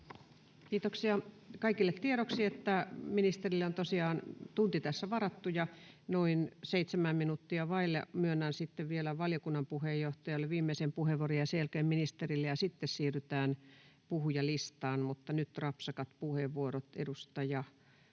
Kiitoksia. — Kaikille tiedoksi, että ministerille on tosiaan tunti tässä varattu ja noin seitsemän minuuttia vaille myönnän sitten vielä valiokunnan puheenjohtajalle viimeisen puheenvuoron ja sen jälkeen ministerille ja sitten siirrytään puhujalistaan. — Mutta nyt rapsakat puheenvuorot. — Edustaja